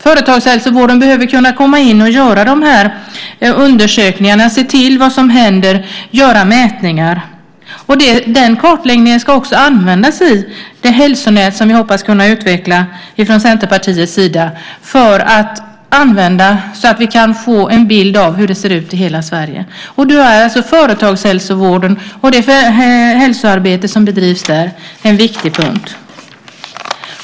Företagshälsovården behöver komma in och göra undersökningar, se vad som händer, göra mätningar. Den kartläggningen ska också användas i det hälsonät som vi från Centerpartiets sida hoppas kunna utveckla så att det går att få en bild av hur det ser ut i hela Sverige. Det hälsoarbete som bedrivs i företagshälsovården är en viktig punkt.